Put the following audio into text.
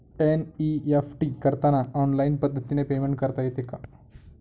NEFT करताना online पद्धतीने payment करता येते का?